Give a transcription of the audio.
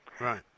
Right